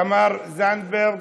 תמר זנדברג,